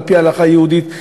על-פי ההלכה היהודית,